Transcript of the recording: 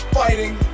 fighting